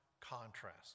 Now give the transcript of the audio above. contrast